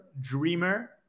dreamer